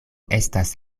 estas